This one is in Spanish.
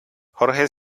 jorge